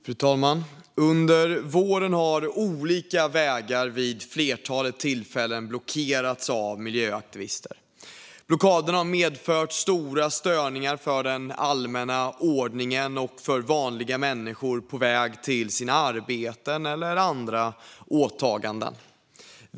Fru talman! Under våren har olika vägar vid ett flertal tillfällen blockerats av miljöaktivister. Blockeringarna har medfört stora störningar för den allmänna ordningen och för vanliga människor på väg till sina arbeten eller andra åtaganden.